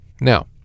Now